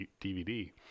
DVD